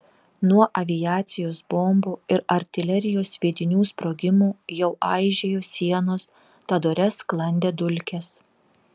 nuo aviacijos bombų ir artilerijos sviedinių sprogimų jau aižėjo sienos tad ore sklandė dulkės